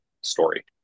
story